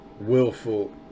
willful